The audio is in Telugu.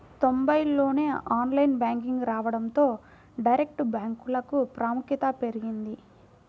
తొంబైల్లోనే ఆన్లైన్ బ్యాంకింగ్ రావడంతో డైరెక్ట్ బ్యాంకులకు ప్రాముఖ్యత పెరిగింది